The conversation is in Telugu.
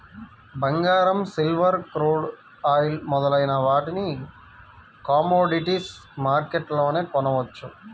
బంగారం, సిల్వర్, క్రూడ్ ఆయిల్ మొదలైన వాటిని కమోడిటీస్ మార్కెట్లోనే కొనవచ్చు